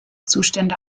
zustände